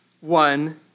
one